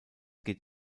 geht